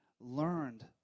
learned